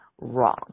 Wrong